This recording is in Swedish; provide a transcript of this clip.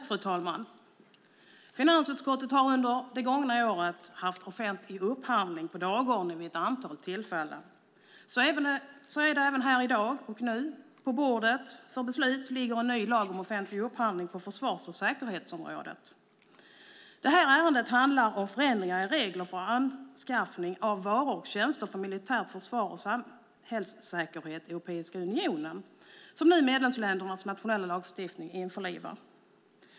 Fru talman! Finansutskottet har under det gångna året haft offentlig upphandling på dagordningen vid ett antal tillfällen. Här och nu ligger på bordet ett förslag för beslut om en ny lag om offentlig upphandling på försvars och säkerhetsområdet. Ärendet handlar om förändringar i regler för anskaffande av varor och tjänster för militärt försvar och samhällssäkerhet i Europeiska unionen som medlemsländernas nationella lagstiftning nu införlivar.